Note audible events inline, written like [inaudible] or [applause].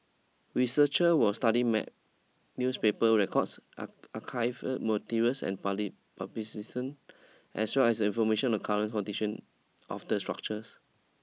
researchers will study maps newspaper records arc archival materials and parley [unintelligible] as well as information on current conditions of the structures